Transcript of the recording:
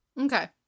Okay